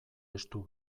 estu